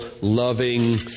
loving